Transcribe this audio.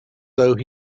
though